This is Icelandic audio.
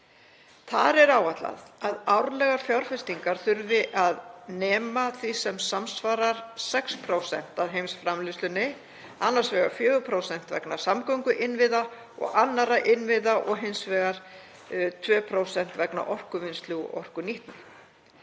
Þar er áætlað að árlegar fjárfestingar þurfi að nema því sem samsvarar 6,0% af heimsframleiðslunni, annars vegar 4,0% vegna samgönguinnviða og annarra innviða og hins vegar 2,0% vegna orkuvinnslu og orkunýtni.